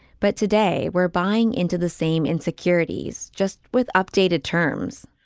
but today we're buying into the same insecurities just with updated terms.